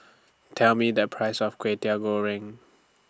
Tell Me The Price of Kway Teow Goreng